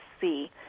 see